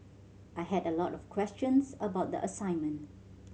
I had a lot of questions about the assignment